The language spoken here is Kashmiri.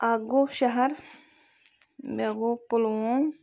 اکھ گوٚو شَہر بیاکھ گوٚو پُلووم